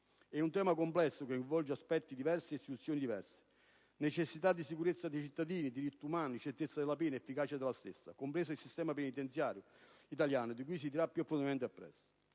È un tema complesso, che coinvolge aspetti diversi e istituzioni diverse (necessità di sicurezza dei cittadini, diritti umani, certezza ed efficacia della pena), compreso il sistema penitenziario italiano, su cui mi soffermerò più